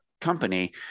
company